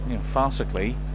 farcically